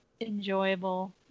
enjoyable